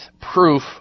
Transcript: proof